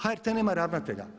HRT nema ravnatelja.